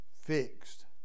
fixed